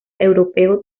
europeo